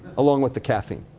along with the caffeine.